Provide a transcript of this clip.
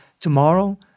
tomorrow